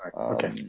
Okay